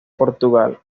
portugal